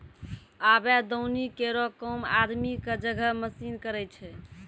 आबे दौनी केरो काम आदमी क जगह मसीन करै छै